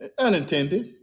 unintended